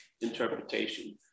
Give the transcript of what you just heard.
interpretation